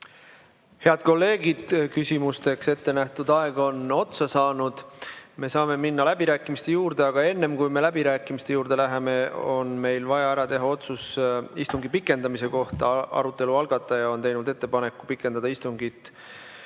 Head kolleegid, küsimusteks ette nähtud aeg on otsa saanud. Me saame minna läbirääkimiste juurde. Aga enne, kui me läbirääkimiste juurde läheme, on meil vaja ära teha otsus istungi pikendamise kohta. Arutelu algataja on teinud ettepaneku pikendada istungit